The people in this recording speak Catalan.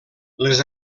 les